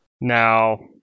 now